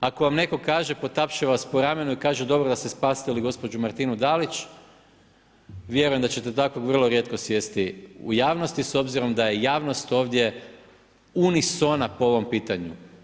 Ako vam netko kaže, potapša vas po ramenu i kaže dobro da ste spasili gospođu Martinu Dalić, vjerujem da ćete takvog vrlo rijetko sresti u javnosti s obzirom da je javnost ovdje unisona po ovom pitanju.